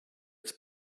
its